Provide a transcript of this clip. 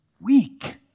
weak